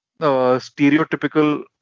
stereotypical